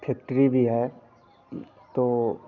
factory भी है तो